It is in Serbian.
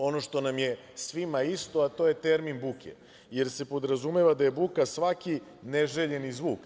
Ono što nam je svima isto je termin buke jer se podrazumeva da je buka svaki neželjeni zvuk.